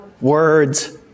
words